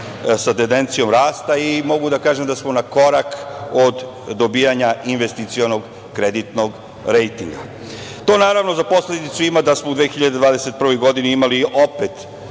sa tendencijom rasta. Mogu da kažem da smo na korak od dobijanja investicionog kreditnog rejtinga. Naravno, to za posledicu ima da smo u 2021. godini imali opet